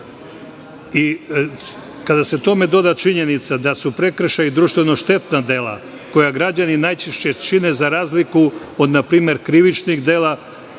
23,7%.Kada se tome doda činjenica da su prekršaji društveno štetna dela, koja građani najčešće čine za razliku od, na primer, krivičnih dela